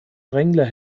drängler